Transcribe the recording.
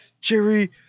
Jerry